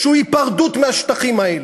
שהוא היפרדות מהשטחים האלה.